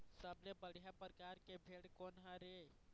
सबले बढ़िया परकार के भेड़ कोन हर ये?